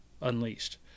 unleashed